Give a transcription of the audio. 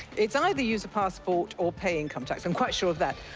it's either use a passport or pay income tax. i'm quite sure of that.